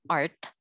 art